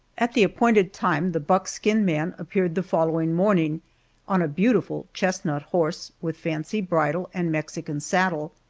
at the appointed time the buckskin-man appeared the following morning on a beautiful chestnut horse with fancy bridle and mexican saddle,